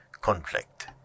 conflict